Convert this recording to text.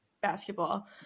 basketball